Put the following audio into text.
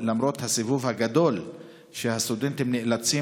למרות הסיבוב הגדול שהסטודנטים נאלצים